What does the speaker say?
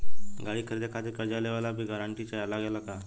गाड़ी खरीदे खातिर कर्जा लेवे ला भी गारंटी लागी का?